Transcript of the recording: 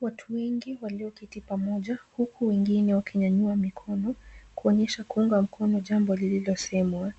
Watu wengi walioketi pamoja huku wengine wakinyanyua mikono, kuonyesha kuunga mkono jambo lililosemwa.